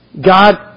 God